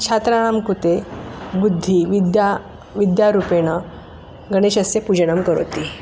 छात्राणां कृते बुद्धि विद्या विद्यारूपेण गणेशस्य पूजनं करोति